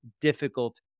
difficult